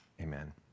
Amen